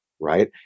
right